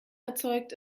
erzeugt